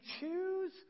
choose